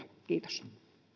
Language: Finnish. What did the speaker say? kiitos